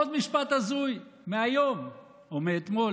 עוד משפט הזוי מהיום או מאתמול,